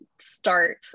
start